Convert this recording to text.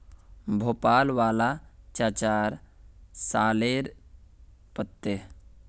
भोपाल वाला चाचार सॉरेल पत्ते